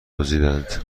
دزدیدند